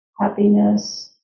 happiness